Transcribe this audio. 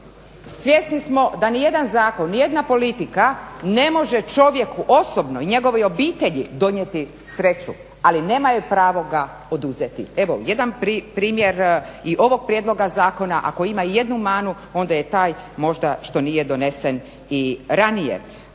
Svjesni smo da ni jedan zakon, ni jedna politika ne može čovjeku osobno i njegovoj obitelji donijeti sreću, ali nemaju pravo ga oduzeti. Evo, jedan primjer i ovog prijedloga zakona, ako ima i jednu manu, onda je taj možda što nije donesen i ranije.